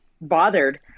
bothered